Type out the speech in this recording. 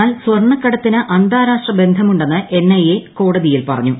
എന്നാൽ സ്വർണ്ണക്കടത്തിന് അന്താരാഷ്ട്ര ബന്ധമുണ്ടെന്ന് എൻഐഎ കോടതിയിൽ പറഞ്ഞു